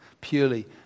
purely